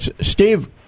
Steve